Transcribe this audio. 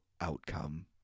outcome